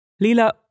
Lila